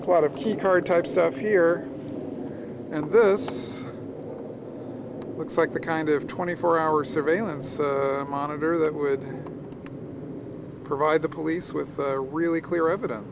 quite a key card type stuff here and this looks like the kind of twenty four hour surveillance monitor that would provide the police with a really clear evidence